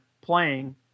playing